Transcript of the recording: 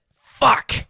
Fuck